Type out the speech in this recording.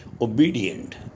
obedient